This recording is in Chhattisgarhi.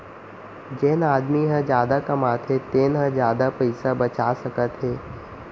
जेन आदमी ह जादा कमाथे तेन ह जादा पइसा बचा सकत हे